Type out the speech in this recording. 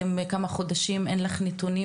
אתם כבר כמה חודשים אין לך נתונים,